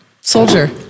soldier